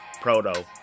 Proto